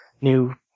new